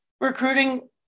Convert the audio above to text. recruiting –